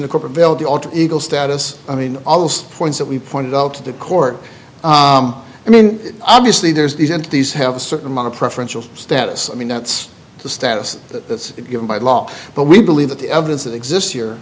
the corporate veil the alter ego status i mean all those points that we've pointed out to the court i mean obviously there's these entities have a certain amount of preferential status i mean that's the status that even by law but we believe that the evidence that exists here